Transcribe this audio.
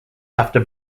after